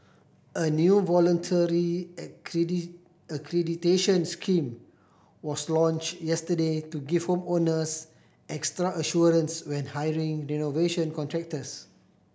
a new voluntary accreditation scheme was launched yesterday to give home owners extra assurance when hiring renovation contractors